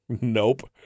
Nope